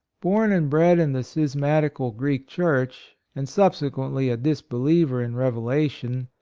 born and bred in the schismati cal greek church, and subsequently a disbeliever in revelation,